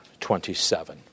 27